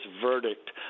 verdict